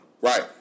Right